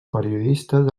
periodistes